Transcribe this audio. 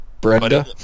Brenda